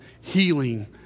healing